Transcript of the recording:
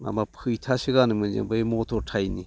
माबा फैथासो गानोमोन जों बै मथर थायनि